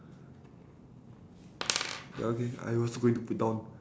ya okay I also going to put down